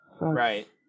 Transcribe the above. Right